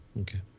Okay